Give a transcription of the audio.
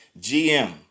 GM